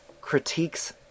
critiques